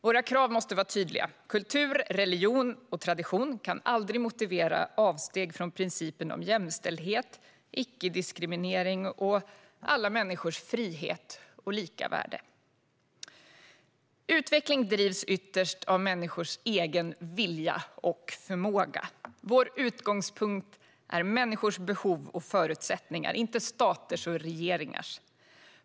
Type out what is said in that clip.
Våra krav måste här vara tydliga: Kultur, religion och tradition kan aldrig motivera avsteg från principen om jämställdhet, icke-diskriminering och alla människors frihet och lika värde. Utveckling drivs ytterst av människors egen vilja och förmåga. Vår utgångspunkt är människors behov och förutsättningar, inte staters eller regeringars.